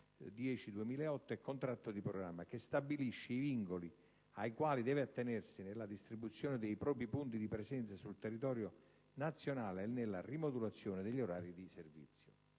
2008 e contratto di programma), che stabilisce i vincoli ai quali deve attenersi nella distribuzione dei propri punti dì presenza sul territorio nazionale e nella rimodulazione degli orari di servizio.